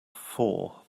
four